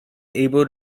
able